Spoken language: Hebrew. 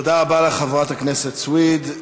תודה רבה לך, חברת הכנסת סויד.